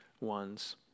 ones